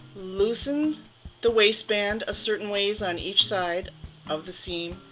loosen the waistband a certain ways on each side of the seam,